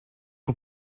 est